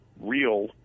real